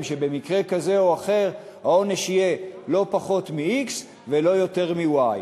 שבמקרה כזה או אחר העונש יהיה לא פחות מ-x ולא פחות מ-y.